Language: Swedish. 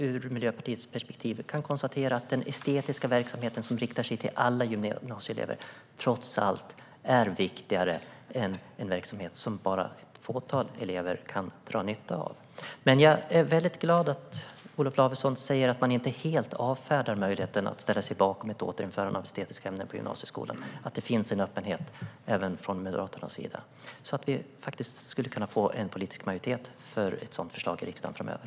Ur Miljöpartiets perspektiv kan jag konstatera att den estetiska verksamheten som riktar sig till alla gymnasielever trots allt är viktigare än en verksamhet som bara ett fåtal elever kan dra nytta av. Jag är glad att Olof Lavesson säger att man inte helt avfärdar möjligheten att ställa sig bakom ett återinförande av estetiska ämnen på gymnasieskolan. Det finns en öppenhet även från Moderaternas sida. Det skulle kunna bli en politisk majoritet för ett sådant förslag i riksdagen framöver.